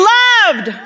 loved